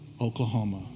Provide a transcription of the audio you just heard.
Oklahoma